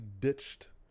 ditched